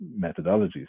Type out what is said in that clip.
methodologies